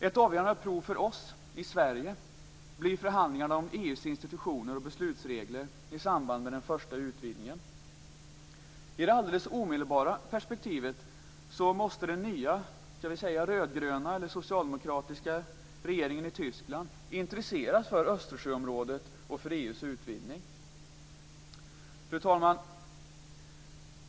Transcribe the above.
Ett avgörande prov för oss i Sverige blir förhandlingarna om EU:s institutioner och beslutsregler i samband med den första utvidgningen. I det alldeles omedelbara perspektivet måste den nya "rödgröna" eller socialdemokratiska regeringen i Tyskland intresseras för Östersjöområdet och för EU:s utvidgning. Fru talman!